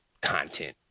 content